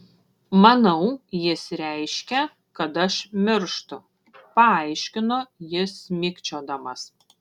manau jis reiškia kad aš mirštu paaiškino jis mikčiodamas